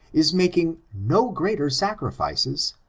is making no greater sacrifices,